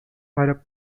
are